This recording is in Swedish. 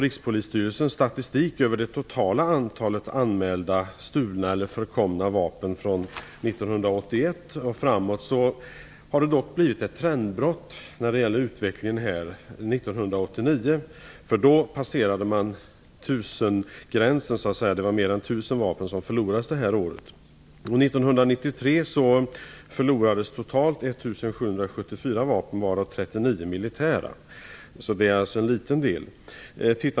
Rikspolisstyrelsens statistik över det totala antalet anmälda stulna eller förkomna vapen från 1981 och framåt visar ett trendbrott i utvecklingen år 1989. Då passerade man tusengränsen, dvs. att fler än 1 000 vapen förlorades det året. 1993 förlorades totalt 1 774 vapen, varav 39 militära - alltså en liten del.